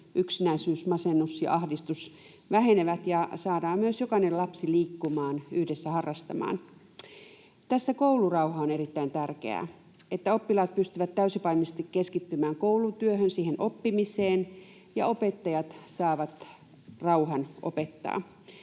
yksinäisyys, masennus ja ahdistus vähenevät ja saadaan myös jokainen lapsi liikkumaan yhdessä, harrastamaan. Tässä koulurauha on erittäin tärkeää, niin että oppilaat pystyvät täysipainoisesti keskittymään koulutyöhön, siihen oppimiseen, ja opettajat saavat rauhan opettaa.